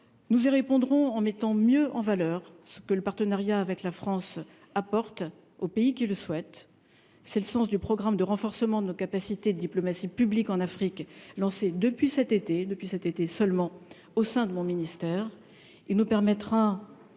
nous y répondrons en mettant mieux en valeur ce que le partenariat avec la France apporte aux pays qui le souhaitent, c'est le sens du programme de renforcement de nos capacités diplomatie publique en Afrique lancée depuis cet été, depuis cet été, seulement au sein de mon ministère,